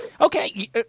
Okay